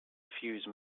fuse